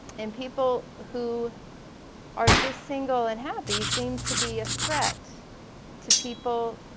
and people who are just single and happy seem to be a threat to people,